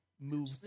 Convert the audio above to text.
move